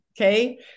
okay